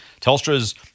Telstra's